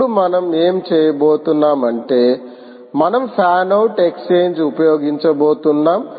ఇప్పుడు మనం ఏమి చేయబోతున్నాం అంటే మనం ఫ్యాన్ అవుట్ ఎక్స్ఛేంజ్ ఉపయోగించబోతున్నాం